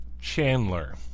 Chandler